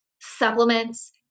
supplements